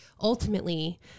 ultimately